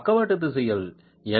பக்கவாட்டு திசையில் எல்